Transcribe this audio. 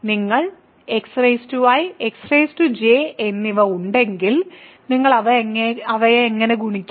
നിങ്ങൾക്ക് xi xj എന്നിവ ഉണ്ടെങ്കിൽ നിങ്ങൾ അവയെ എങ്ങനെ ഗുണിക്കും